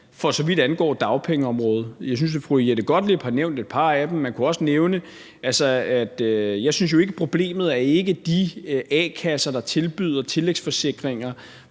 for så vidt angår dagpengeområdet. Jeg synes, at fru Jette Gottlieb har nævnt et par af dem. Jeg synes jo ikke, at problemet er de a-kasser, der tilbyder tillægsforsikringer,